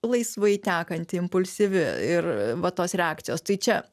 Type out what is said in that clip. laisvai tekanti impulsyvi ir va tos reakcijos tai čia